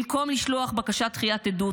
במקום לשלוח בקשת דחיית עדות,